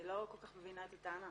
אני לא כל כך מבינה את הטענה.